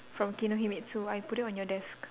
from kinohimitsu I put it on your desk